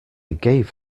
gave